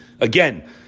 Again